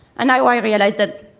and now i realize that,